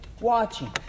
watching